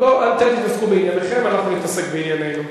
אתם תתעסקו בענייניכם ואנחנו נתעסק בעניינינו.